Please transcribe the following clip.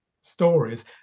stories